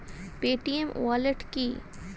Paytm wallet কি?